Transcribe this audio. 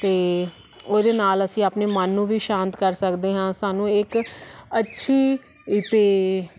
ਅਤੇ ਉਹਦੇ ਨਾਲ ਅਸੀਂ ਆਪਣੇ ਮਨ ਨੂੰ ਵੀ ਸ਼ਾਂਤ ਕਰ ਸਕਦੇ ਹਾਂ ਸਾਨੂੰ ਇੱਕ ਅੱਛੀ ਅਤੇ